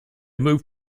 moved